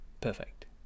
perfect